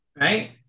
Right